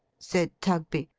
said tugby.